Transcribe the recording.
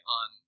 on